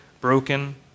broken